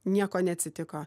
nieko neatsitiko